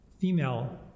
female